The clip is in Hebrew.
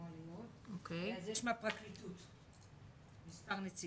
במסגרתו אנחנו מלווים מאות ילדים נפגעי עבירות מין בשנה,